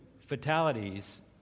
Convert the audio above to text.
fatalities